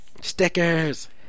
stickers